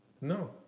No